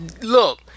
Look